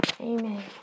Amen